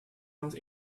nos